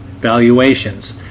valuations